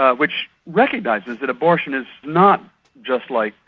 ah which recognises that abortion is not just like,